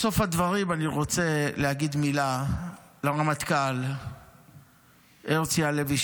בסוף הדברים אני רוצה להגיד מילה לרמטכ"ל הרצי הלוי,